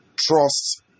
trust